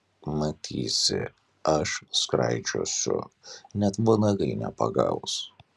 matysi aš skraidžiosiu net vanagai nepagaus